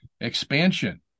expansion